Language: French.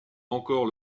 encore